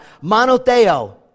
monotheo